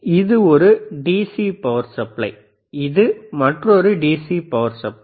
இது ஒரு இடது டிசி பவர் சப்ளை இது வலது மற்றொரு டிசி பவர் சப்ளை